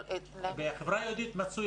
בחברה היהודית מצאו,